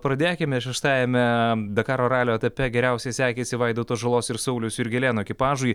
pradėkime šeštajame dakaro ralio etape geriausiai sekėsi vaidoto žalos ir sauliaus jurgelėno ekipažui